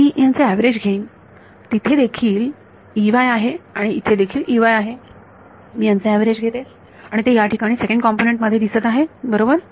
मी मी यांचे एव्हरेज घेईन तिथे देखील आहे आणि इथे देखील आहे मी यांचे ऍव्हरेज घेते आणि ते या ठिकाणी सेकंड कॉम्पोनन्ट मध्ये दिसत आहे बरोबर